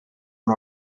and